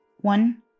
One